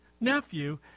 nephew